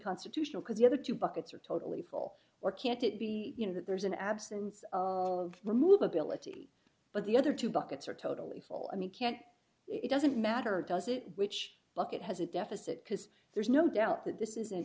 constitutional because the other two buckets are totally full or can't it be you know that there's an absence of remove ability but the other two buckets are totally full i mean can't it doesn't matter does it which bucket has a deficit because there's no doubt that this is